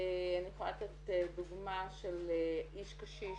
אני יכולה לתת דוגמה של איש קשיש,